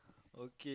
okay